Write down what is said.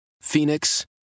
Phoenix